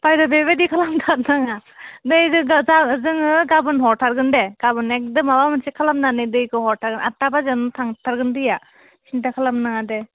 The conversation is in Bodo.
बायद' बेबायदि खालामथारनाङा नै दै जोङो गाबोन हरथारगोन दे गाबोन एकदम माबा मोनसे खालामनानै दैखौ हरथारगोन आतथा बाजियावनो थांथारगोन दैया सिन्था खालामनाङा दे